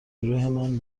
گروهمان